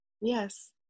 Yes